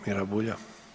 Mira Bulja.